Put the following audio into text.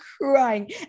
crying